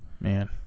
Man